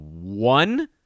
one